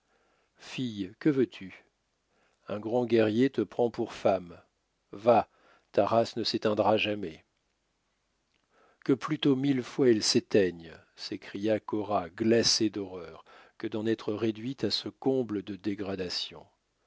fille que veux-tu un grand guerrier te prend pour femme va ta race ne s'éteindra jamais que plutôt mille fois elle s'éteigne s'écria cora glacée d'horreur que d'en être réduite à ce comble de dégradation